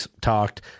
talked